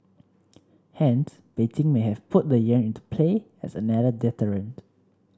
hence Beijing may have put the yuan into play as another deterrent